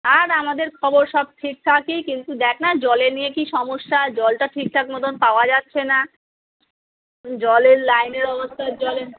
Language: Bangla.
আর আমাদের খবর সব ঠিকঠাকই কিন্তু দেখ না জলের নিয়ে কী সমস্যা জলটা ঠিকঠাক মতন পাওয়া যাচ্ছে না জলের লাইনের অবস্থা জলের